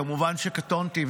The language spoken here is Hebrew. כמובן שקטונתי,